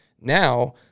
Now